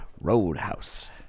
Roadhouse